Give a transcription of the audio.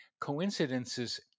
Coincidences